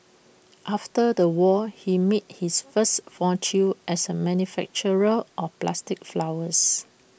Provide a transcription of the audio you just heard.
after the war he made his first fortune as A manufacturer of plastic flowers